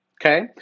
okay